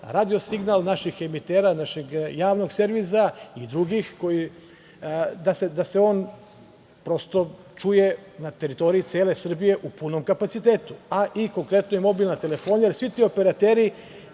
radio signal naših emitera, našeg javnog servisa i drugih, da se on prosto čuje na teritoriji cele Srbije u punom kapacitetu, a konkretno i mobilna telefonija, jer svi ti operateri,